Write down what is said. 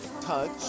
touch